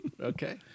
Okay